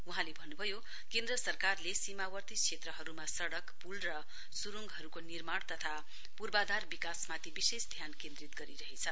वहाँले भन्नभयो केन्द्र सरकारले सीमावर्ती क्षेत्रहरुमा सड़क पुल र सुरुंगहरुको निर्माण तथा पूर्वाधार विकासमाथि विशेष ध्यान केन्द्रित गरिरहेछ